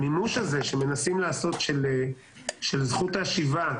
המימוש של זכות השיבה,